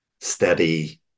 steady